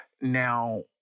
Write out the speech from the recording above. Now